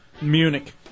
Munich